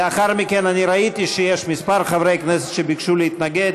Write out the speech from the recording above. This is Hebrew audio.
לאחר מכן ראיתי שיש כמה חברי כנסת שביקשו להתנגד.